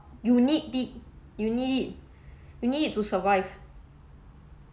you need pe~ you need it you need it to survive